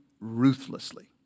Ruthlessly